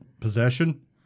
possession